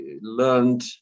learned